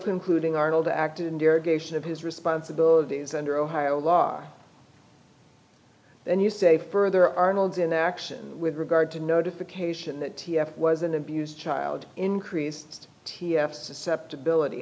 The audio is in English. concluding arnold acted in derogation of his responsibilities under ohio law and you say further arnold's inaction with regard to notification that t f was an abused child increased t f susceptibility